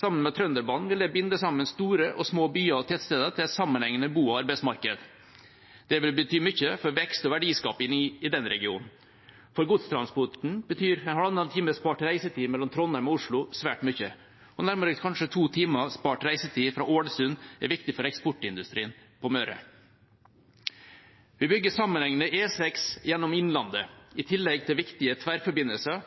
Sammen med Trønderbanen vil det binde sammen store og små byer og tettsteder til et sammenhengende bo- og arbeidsmarked. Det vil bety mye for vekst og verdiskaping i den regionen. For godstransporten betyr halvannen time spart reisetid mellom Trondheim og Oslo svært mye. Og kanskje nærmere to timer spart reisetid fra Ålesund er viktig for eksportindustrien på Møre. Vi bygger sammenhengende E6 gjennom Innlandet, i tillegg til viktige tverrforbindelser.